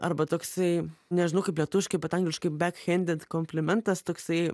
arba toksai nežinau kaip lietuviškai bet angliškai bek hendet komplimentas toksai